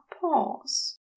pause